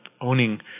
owning